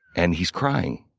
and he's crying.